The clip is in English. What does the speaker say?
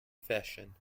fashion